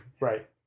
Right